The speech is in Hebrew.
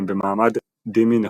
והם במעמד ד'ימי נחותים.